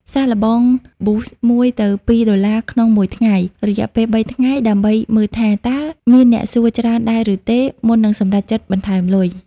សាកល្បង Boost ១-២ ដុល្លារក្នុងមួយថ្ងៃ រយៈពេល ៣ ថ្ងៃ ដើម្បីមើលថា តើមានអ្នកសួរច្រើនដែរឬទេ មុននឹងសម្រេចចិត្តបន្ថែមលុយ។